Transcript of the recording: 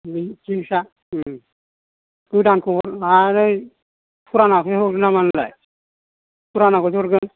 ओं जोसा ओं गोदानखौ माबानानै फुरानाखौसो हरगोन नामा नोंलाय फुरानाखौसो हरगोन